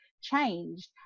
changed